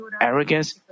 arrogance